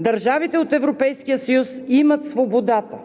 „Държавите от Европейския съюз имат свободата